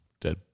dead